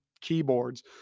keyboards